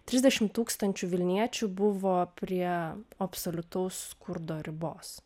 trisdešimt tūkstančių vilniečių buvo prie absoliutaus skurdo ribos